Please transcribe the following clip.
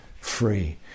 free